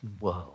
world